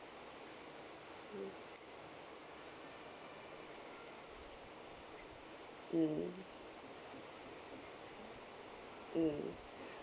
mm mm mm